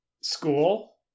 school